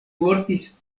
mortis